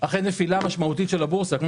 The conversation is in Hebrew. אחרי נפילה משמעותית של הבורסה כמו